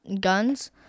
guns